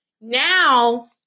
now